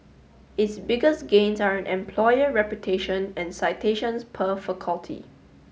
its biggest gains are in employer reputation and citations per faculty